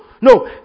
No